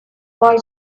why